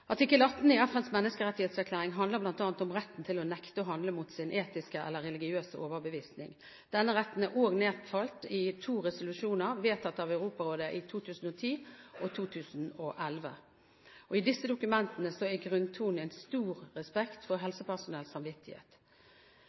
Artikkel 18 i FNs menneskerettserklæring handler bl.a. om retten til å nekte å handle mot sin etiske eller religiøse overbevisning. Denne retten er også nedfelt i to resolusjoner vedtatt av Europarådet i 2010 og 2011. I disse dokumentene er grunntonen en stor respekt for helsepersonells samvittighet.